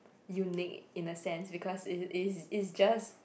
unique in a sense because is is is just